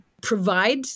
provide